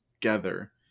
together